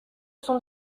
sont